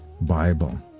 Bible